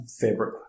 fabric